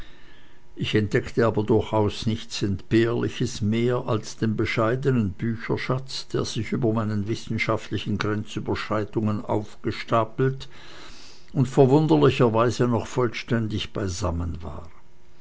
ich entdeckte aber durchaus nichts entbehrliches mehr als den bescheidenen bücherschatz der sich über meinen wissenschaftlichen grenzüberschreitungen aufgestapelt und verwunderlicherweise noch vollständig beisammen war